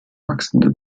wachsende